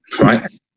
Right